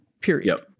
Period